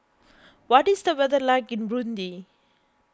what is the weather like in Burundi